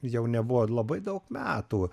jau nebuvo labai daug metų